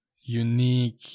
unique